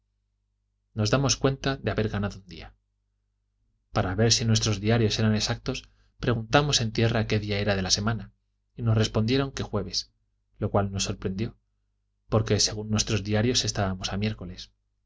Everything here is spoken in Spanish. nos damos cuenta de haber ganado un día para ver si nuestros diarios eran exactos preguntamos en tierra qué día era de la semana y nos respondieron que jueves lo cual nos sorprendió porque según nuestros diarios estábamos a miércoles